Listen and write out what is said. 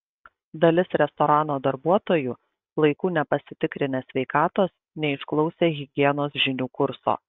dalis restorano darbuotojų laiku nepasitikrinę sveikatos neišklausę higienos žinių kurso